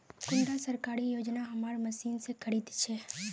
कुंडा सरकारी योजना हमार मशीन से खरीद छै?